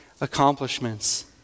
accomplishments